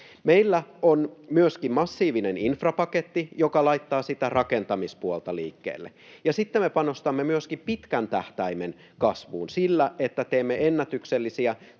Meillä on myöskin massiivinen infrapaketti, joka laittaa sitä rakentamispuolta liikkeelle, ja sitten me panostamme myöskin pitkän tähtäimen kasvuun sillä, että teemme ennätyksellisiä